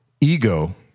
ego